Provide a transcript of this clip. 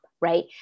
right